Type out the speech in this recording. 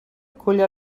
cull